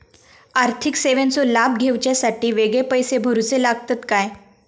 आर्थिक सेवेंचो लाभ घेवच्यासाठी वेगळे पैसे भरुचे लागतत काय?